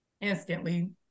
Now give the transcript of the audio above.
Instantly